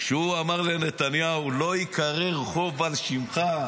כשהוא אמר לנתניהו: לא ייקרא רחוב על שמך,